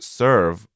serve